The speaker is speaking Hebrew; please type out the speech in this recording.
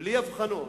בלי אבחנות,